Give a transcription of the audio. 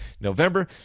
November